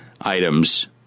items